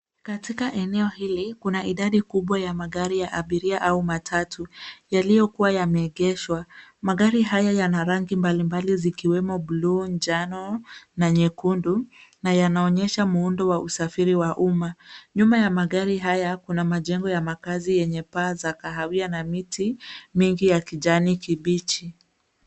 Katika eneo hili, kuna idadi kubwa ya magari ya abiria au matatu, yaliyokuwa yameegeshwa. Magari haya yana rangi mbalimbali zikiwemo buluu, njano na nyekundu na yanaonyesha muundo wa usafiri wa umma. Nyuma ya magari haya, kuna majengo ya makazi yenye paza kahawia na miti mingi ya kijani kibichi.